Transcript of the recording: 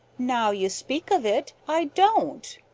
now you speak of it, i don't.